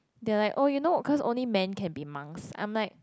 they like oh you know cause only man can be monks I'm like